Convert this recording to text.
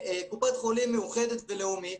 קופת חולים מאוחדת וקופת חולים לאומית,